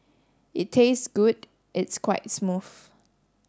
it tastes good it's quite smooth